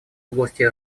области